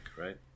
right